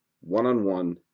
one-on-one